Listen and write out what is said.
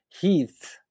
Heath